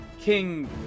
King